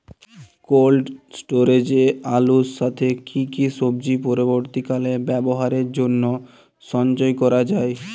Cold স্টোরেজে আলুর সাথে কি কি সবজি পরবর্তীকালে ব্যবহারের জন্য সঞ্চয় করা যায়?